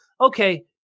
Okay